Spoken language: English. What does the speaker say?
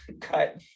cut